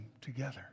together